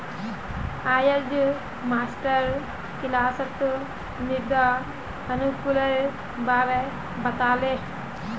अयेज मास्टर किलासत मृदा अनुकूलेर बारे बता ले